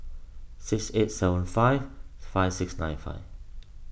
six eight seven five five six nine five